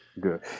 Good